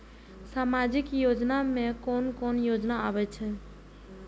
सामाजिक योजना में कोन कोन योजना आबै छै?